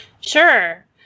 Sure